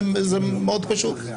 זה מאוד פשוט.